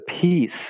peace